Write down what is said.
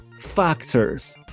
factors